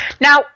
Now